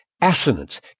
assonance